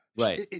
Right